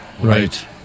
right